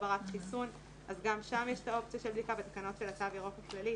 ברת חיסון אז גם שם יש את האופציה של בדיקה בתקנות של התו הירוק הכללי,